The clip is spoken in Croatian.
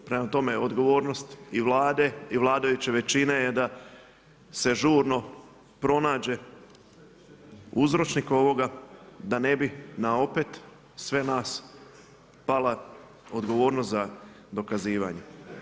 Prema tome, odgovornost i Vlade i vladajuće većine je da se žurno pronađe uzročnik ovoga da ne bi na opet sve nas pala odgovornost za dokazivanje.